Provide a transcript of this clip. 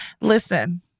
Listen